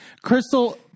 Crystal